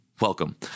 welcome